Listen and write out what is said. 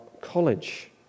college